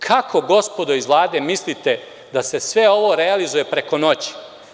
Kako, gospodo iz Vlade, mislite da se sve ovo realizuje preko noći?